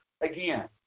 again